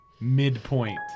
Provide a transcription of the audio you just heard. midpoint